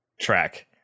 track